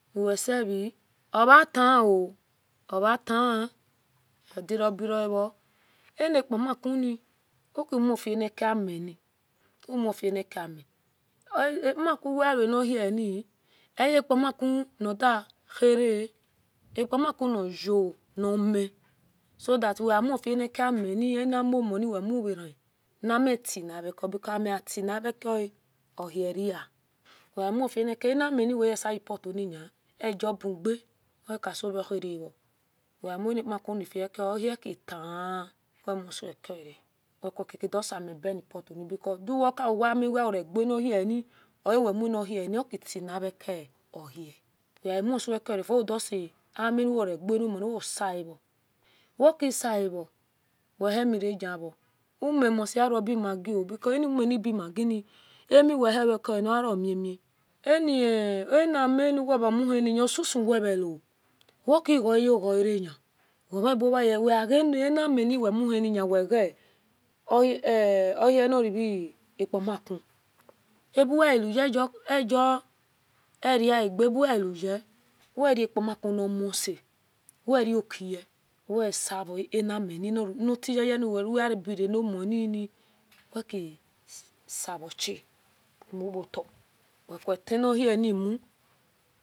Uweseveie ovatwo ovatwa edirobeo avo enopamakuni ukimufanihamini umufakami apamaku uwehewani ohie niye eapamatu ndihere apamaku nauo ni mi sothat wemufiankemovni wemurara namifibeko because amiafileko uniria wemofueko anaminwere seveiput ni arobuge wekasovo hiero weamunipamuku gakia owe kutima wemusivoania wekakedo simifu wekuni pubie because duwakami uwehiwo egenihieni oawemuna bieme okitile kia ohie wemosowakerefo wedosiami nuwenregomoni wesi avo wekisiavo wehienirevgenvo umimosti karo bi maggio because anominibe maggi na amiuwehi vekeani oharomimi anamiuwevamuhini outu weveo wakigeu gareni weagenou ini uwemuhini wege ohie nareve apomaku abuweeuhi ariage abuwehiuya werapamaku namose wero kuye wesiro amamini natiya ya uweini bironovohin wekisarocha muvta otina ohiemu